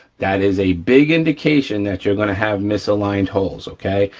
that is a big indication that you're gonna have misaligned holes, okay.